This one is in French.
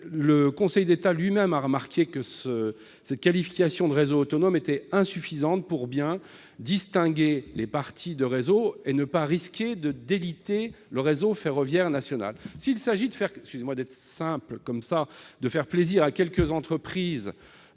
le Conseil d'État lui-même a remarqué que cette qualification de réseau autonome était insuffisante pour bien distinguer les parties de réseau et ne pas risquer de déliter le réseau ferroviaire national. S'il s'agit, pour faire simple, de faire plaisir à quelques entreprises